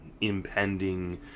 impending